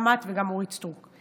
גם את וגם אורית סטרוק,